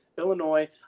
Illinois